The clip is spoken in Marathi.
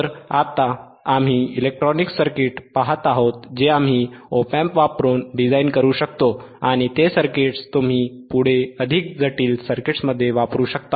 तर आता आम्ही इलेक्ट्रॉनिक सर्किट्स पाहत आहोत जे आम्ही op amp वापरून डिझाइन करू शकतो आणि ते सर्किट्स तुम्ही पुढे अधिक जटिल सर्किट्समध्ये वापरू शकता